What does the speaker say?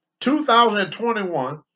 2021